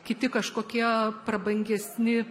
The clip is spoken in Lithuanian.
kiti kažkokie prabangesni